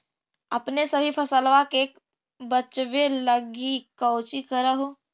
अपने सभी फसलबा के बच्बे लगी कौची कर हो?